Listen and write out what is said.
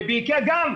ובאיקאה גם,